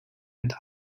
and